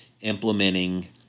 implementing